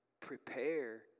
prepare